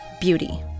beauty